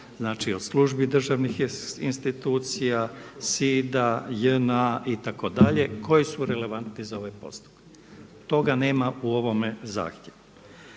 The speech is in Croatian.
znači od službi državnih institucija, SID-a, JNA itd. koji su relevantni za ovaj postupak. Toga nema u ovome zahtjevu